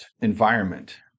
environment